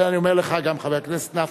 לכן אני אומר לך גם, חבר הכנסת נפאע,